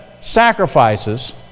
sacrifices